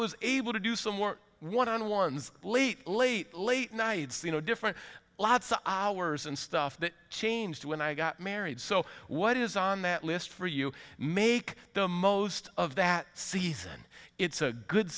was able to do some more one on ones late late late night so you know different lots of hours and stuff that changed when i got married so what is on that list for you make the most of that season it's a good